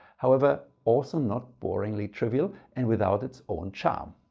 however also not boringly trivial and without its own charm.